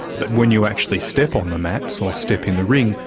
but when you actually step on the mats, or step in the ring,